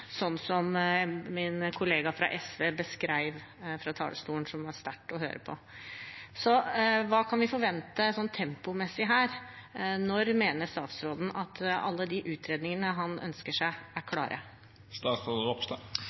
sånn som min kollega fra SV beskrev fra talerstolen, noe som var sterkt å høre på. Hva kan vi forvente tempomessig her? Når mener statsråden at alle de utredningene han ønsker seg, er